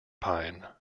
pine